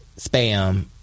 spam